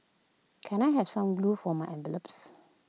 can I have some glue for my envelopes